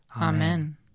Amen